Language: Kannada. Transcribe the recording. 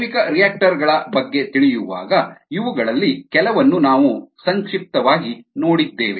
ಜೈವಿಕರಿಯಾಕ್ಟರ್ ಗಳ ಬಗ್ಗೆ ತಿಳಿಯುವಾಗ ಇವುಗಳಲ್ಲಿ ಕೆಲವನ್ನು ನಾವು ಸಂಕ್ಷಿಪ್ತವಾಗಿ ನೋಡಿದ್ದೇವೆ